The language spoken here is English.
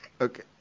Okay